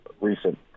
recent